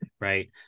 right